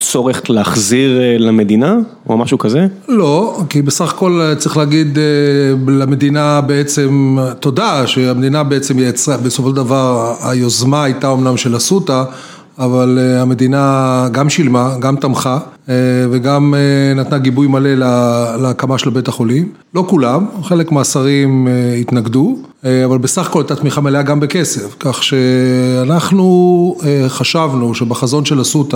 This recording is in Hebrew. צורך להחזיר למדינה או משהו כזה? לא, כי בסך הכל צריך להגיד למדינה בעצם תודה שהמדינה בעצם יצרה, בסופו של דבר היוזמה הייתה אמנם של אסותא אבל המדינה גם שילמה, גם תמכה וגם נתנה גיבוי מלא להקמה של בית החולים לא כולם, חלק מהשרים התנגדו אבל בסך הכל הייתה תמיכה מלאה גם בכסף כך שאנחנו חשבנו שבחזון של אסותא